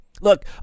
Look